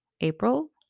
April